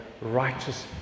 righteous